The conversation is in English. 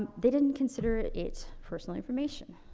ah they didn't consider it personal information.